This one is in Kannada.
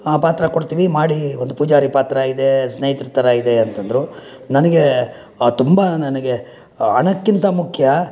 ಪಾತ್ರ ಕೊಡ್ತೀವಿ ಮಾಡಿ ಒಂದು ಪೂಜಾರಿ ಪಾತ್ರವಿದೆ ಸ್ನೇಹಿತರ ಥರ ಇದೆ ಅಂತಂದ್ರು ನನಗೆ ತುಂಬ ನನಗೆ ಹಣಕ್ಕಿಂತ ಮುಖ್ಯ